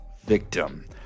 victim